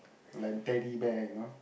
like Teddy Bear you know